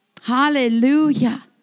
hallelujah